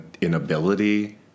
inability